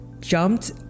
jumped